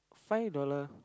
five dollar